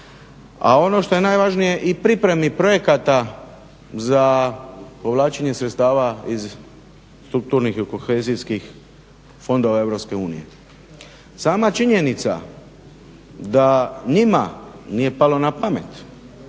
a ono što je najvažnije i pripremi projekata za povlačenje sredstava iz strukturnih i kohezijskih fondova EU. Sama činjenica da njima nije palo na pamet